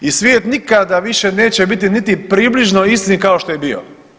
I svijet nikada više neće biti niti približno isti kao što je bio.